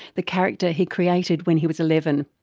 the character he created when he was eleven.